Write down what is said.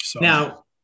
Now